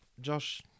Josh